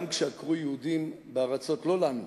גם כשעקרו יהודים בארצות לא לנו,